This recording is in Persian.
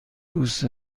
دوست